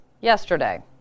yesterday